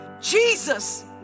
Jesus